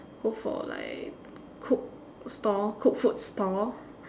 go for like cook stall cook food stall